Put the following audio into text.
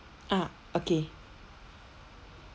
ah okay